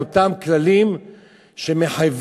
על אותם כללים שמחייבים